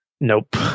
Nope